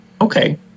Okay